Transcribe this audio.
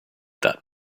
that